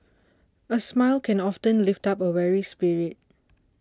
a smile can often lift up a weary spirit